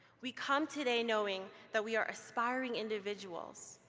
we come today knowing that we are aspiring individuals